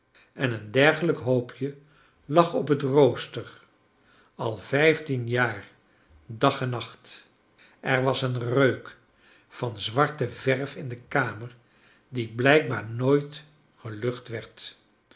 en een dergelijk hoopje lag op het rooster al vijftien jaar dag en nacht er was een reuk van zwarte verf in de kamer die blijkbaar nooit gelucht werd